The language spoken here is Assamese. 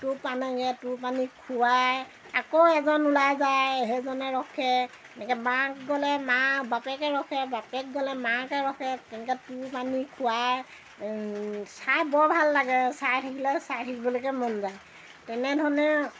টোপ আনেগৈ টোপ আনি খুৱায় আকৌ এজন ওলাই যায় সেইজনে ৰখে এনেকৈ মাক গ'লে মা বাপেকে ৰখে বাপেক গ'লে মাকে ৰখে তেনেকৈ টোপ আনি খুৱায় চাই বৰ ভাল লাগে চাই থাকিলে চাই থাকিবলৈকে মন যায় তেনেধৰণে